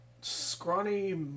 scrawny